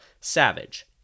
Savage